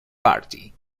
party